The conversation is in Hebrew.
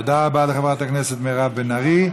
תודה רבה לחברת הכנסת מירב בן ארי.